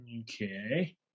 okay